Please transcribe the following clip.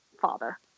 father